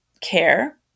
care